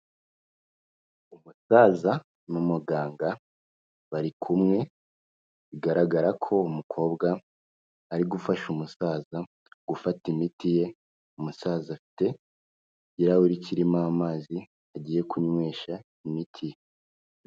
Umusaza n'umuganga bari kumwe bigaragara ko umukobwa ari gufasha umusaza gufata imiti ye, umusaza afite ikirahuri kirimo amazi agiye kunywesha imiti.